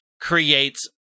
creates